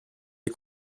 est